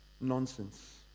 nonsense